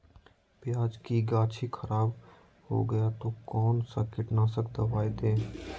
प्याज की गाछी खराब हो गया तो कौन सा कीटनाशक दवाएं दे?